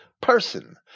person